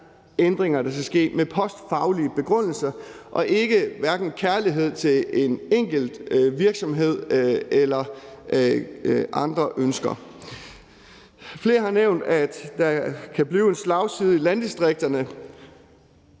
ændringer, der skal ske med postfaglige begrundelser og ikke hverken kærlighed til en enkelt virksomhed eller andre ønsker. Flere har nævnt, at der kan blive en slagside i landdistrikterne.